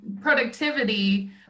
productivity